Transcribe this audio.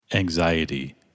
Anxiety